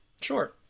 Sure